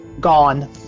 gone